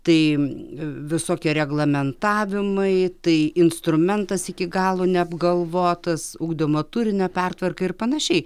tai visokie reglamentavimai tai instrumentas iki galo neapgalvotas ugdomo turinio pertvarka ir panašiai